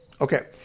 Okay